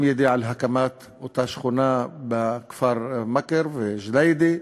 אם על-ידי הקמת אותה שכונה בכפר-מכר וג'דיידה,